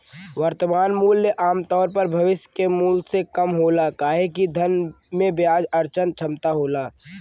वर्तमान मूल्य आमतौर पर भविष्य के मूल्य से कम होला काहे कि धन में ब्याज अर्जन क्षमता होला